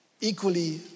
equally